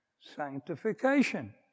sanctification